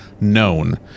known